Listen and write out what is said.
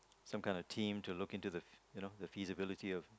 some kind of team to look into the you know the feasibility of